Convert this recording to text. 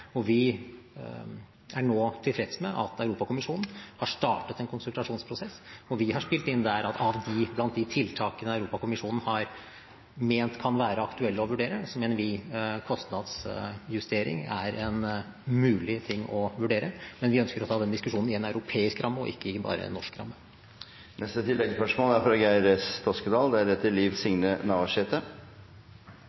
og vi er nå tilfreds med at Europakommisjonen har startet en konsultasjonsprosess. Vi har spilt inn der at blant de tiltakene Europakommisjonen har ment kan være aktuelle, mener vi kostnadsjustering er en mulig ting å vurdere. Men vi ønsker å ta den diskusjonen i en europeisk ramme og ikke bare i en norsk ramme.